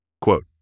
Quote